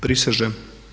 Prisežem!